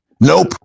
nope